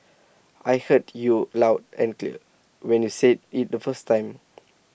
I heard you loud and clear when you said IT the first time